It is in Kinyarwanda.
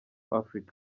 africa